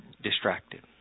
distracted